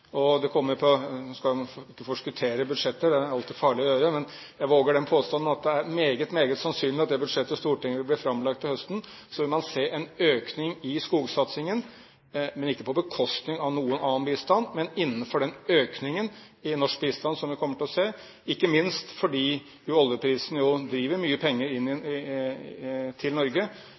skal ikke forskuttere budsjettet, det er det alltid farlig å gjøre, men jeg våger den påstanden at det er meget, meget sannsynlig at man i det budsjettet som vil bli framlagt for Stortinget til høsten, vil se en økning i skogsatsingen – ikke på bekostning av noen annen bistand, men innenfor den økningen i norsk bistand som vi kommer til å se, ikke minst fordi oljeprisene jo driver mye penger inn til Norge.